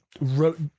wrote